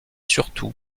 surtout